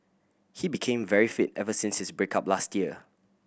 he became very fit ever since his break up last year